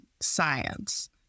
science